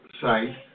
site